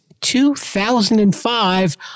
2005